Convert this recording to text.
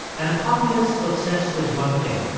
and a populace obsessed with one thing.